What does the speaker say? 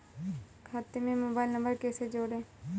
खाते से mobile number कैसे जोड़ें?